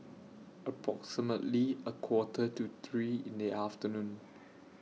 approximately A Quarter to three in The afternoon